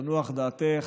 תנוח דעתך.